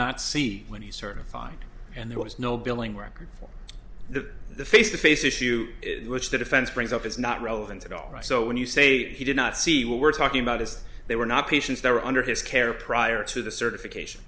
not see when he certified and there was no billing record for the the face to face issue which the defense brings up is not relevant at all so when you say he did not see what we're talking about as they were not patients there under his care prior to the certification